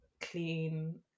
clean